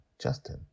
Justin